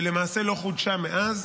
ולמעשה לא חודשה מאז.